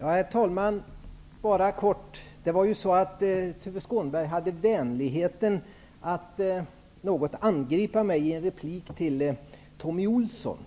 Herr talman! Mycket kort. Tuve Skånberg hade vänligheten att angripa mig i en replik till Thommy Ohlsson.